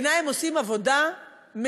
בעיני הם עושים עבודה משגעת.